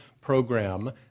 program